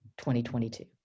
2022